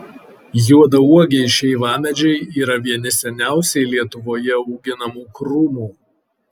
juodauogiai šeivamedžiai yra vieni seniausiai lietuvoje auginamų krūmų